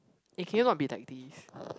eh can you not be like this